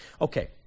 Okay